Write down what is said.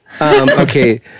okay